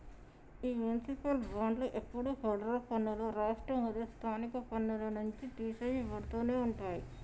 ఈ మునిసిపాల్ బాండ్లు ఎప్పుడు ఫెడరల్ పన్నులు, రాష్ట్ర మరియు స్థానిక పన్నుల నుంచి తీసెయ్యబడుతునే ఉంటాయి